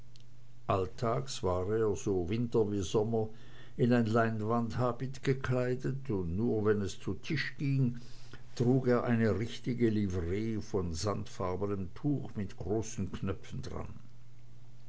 alltags war er so winter wie sommer in ein leinwandhabit gekleidet und nur wenn es zu tisch ging trug er eine richtige livree von sandfarbenem tuch mit großen knöpfen dran